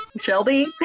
Shelby